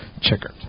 Checker